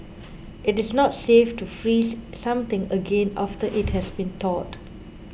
it is not safe to freeze something again after it has been thawed